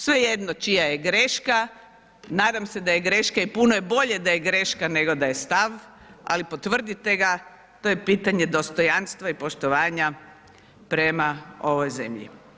Svejedno čija je greška, nadam se da je greška i puno je bolje da je greška nego da je stav, ali potvrdite ga, to je pitanje dostojanstva i poštovanja prema ovoj zemlji.